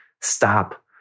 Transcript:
stop